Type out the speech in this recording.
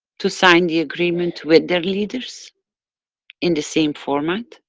to sign the agreement with their leaders in the same format